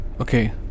okay